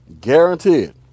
guaranteed